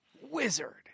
wizard